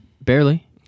Barely